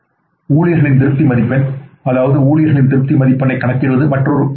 ஊழியர்களின் திருப்தி மதிப்பெண் அதாவது ஊழியர்களின் திருப்தி மதிப்பெண்ணைக் கணக்கிடுவது மற்றொரு விஷயம்